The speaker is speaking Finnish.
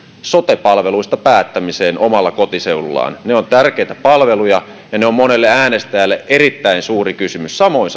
sote palveluista päättämiseen omalla kotiseudullaan ne ovat tärkeitä palveluja ja ne ovat monelle äänestäjälle erittäin suuri kysymys samoin